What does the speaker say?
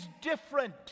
different